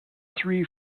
three